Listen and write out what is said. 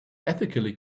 ethically